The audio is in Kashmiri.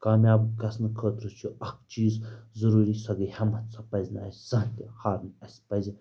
کامیاب گژھنہٕ خٲطرٕ چھُ اکھ چیٖز ضروٗری سۄ گٔے ہٮ۪متھ سۄ پزِ نہٕ اسہِ زانٛہہ تہِ ہارٕنۍ اَسہِ پزِ